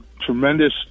tremendous